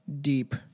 deep